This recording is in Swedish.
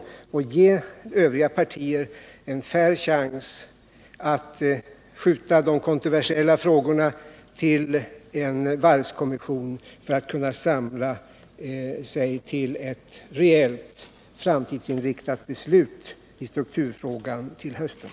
Vi ville ge övriga partier en fair chans att skjuta de kontroversiella frågorna till en varvskommission för att kunna samla sig till ett reellt framtidsinriktat beslut i strukturfrågan till hösten.